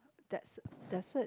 that's that's it